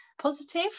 positive